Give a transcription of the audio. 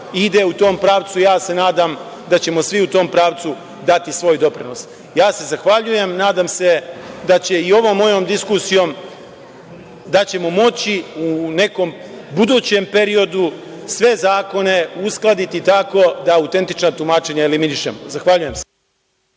ide u tom pravcu. Nadam se da ćemo svi u tom pravcu dati svoj doprinos. Zahvaljujem se i nadam se da će i ovom mojom diskusijom moći u nekom budućem periodu sve zakone uskladiti tako da autentična tumačenja eliminišemo. Hvala.